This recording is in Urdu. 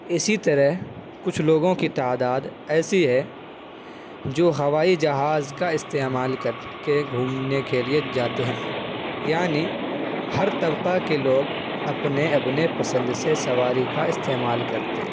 اسی طرح کچھ لوگوں کی تعداد ایسی ہے جو ہوائی جہاز کا استعمال کرکے گھومنے کے لیے جاتے ہیں یعنی ہر طبقہ کے لوگ اپنے اپنے پسند سے سواری کا استعمال کرتے ہیں